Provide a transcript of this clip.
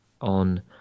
on